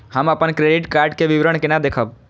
हम अपन credit card के विवरण केना देखब?